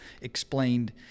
explained